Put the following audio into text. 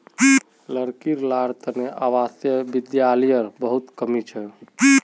लड़की लार तने आवासीय विद्यालयर बहुत कमी छ